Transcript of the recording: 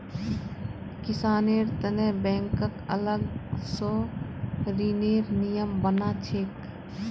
किसानेर तने बैंकक अलग स ऋनेर नियम बना छेक